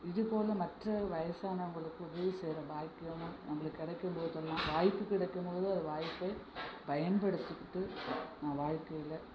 இது போல் மற்ற வயதானவங்களுக்கு உதவி செய்கிற பாக்கியமும் நம்மளுக்கு கிடைக்கும் போதெல்லாம் வாய்ப்பு கிடைக்கும் போது அந்த வாய்ப்பை பயன்படுத்திக்கிட்டு நான் வாழ்க்கையில